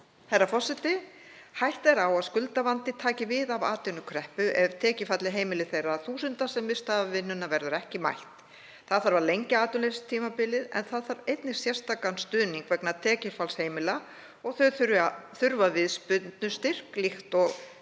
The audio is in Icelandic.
Hætta er á að skuldavandi taki við af atvinnukreppu ef tekjufalli heimila þeirra þúsunda sem misst hafa vinnuna verður ekki mætt. Lengja þarf atvinnuleysistímabilið en það þarf einnig sérstakan stuðning vegna tekjufalls heimila og þau þurfa viðspyrnustyrk líkt og